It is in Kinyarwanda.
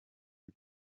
y’u